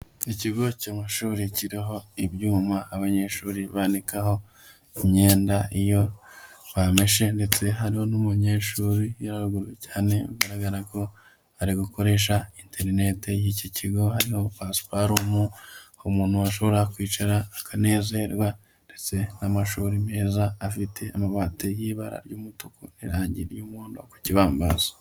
Ikigo cy'amashuri kiriho ibyuma abanyeshuri banikaho imyenda iyo bameshe, ndetse hari n'umunyeshuri uri haruguru cyane bigaragara ko ari gukoresha interinete y'iki kigo, hariho pasiparumu aho umuntu ashobora kwicara akanezerwa, ndetse n'amashuri meza afite amabati y'ibara ry'umutuku, n'irangi ry'umuhondo ku kibambasi.